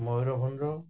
Mayurbhanj